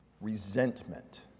resentment